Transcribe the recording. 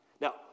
Now